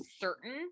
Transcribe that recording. certain